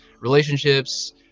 relationships